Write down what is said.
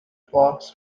flux